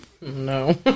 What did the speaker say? No